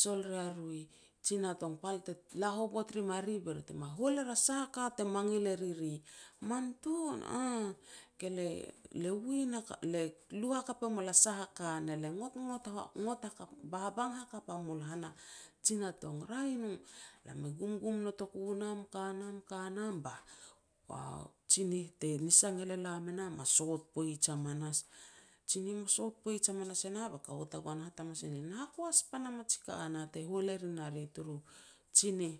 sol rea ru i Jina Tong. Pal te la hovot rim a ri be ri te me hual er a sah a ka te mangil e riri." "Man tun", "Aah, ke lia-lia win hakap, le lu hakap e mul a sah a ka ne le ngotngot hak ngot hakap babang hakap a mul hana Jina Tong." "Raeh i no." Lam e gumgum notoku nam, ka nam-ka nam ba tsinih te nisang el e lam e nah me sot poij hamanas. Tsinih me sot poij hamanas e nah, ba kaua tagoan e hat hamas e ne lia, "Na hakoas pan a maji ka nah te hual e rin a ri turu tsinih.